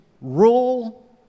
rule